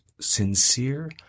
sincere